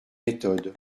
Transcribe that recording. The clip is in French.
méthode